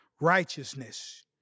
righteousness